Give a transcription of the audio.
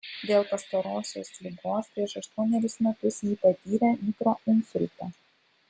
dėl pastarosios ligos prieš aštuonerius metus ji patyrė mikroinsultą